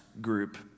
group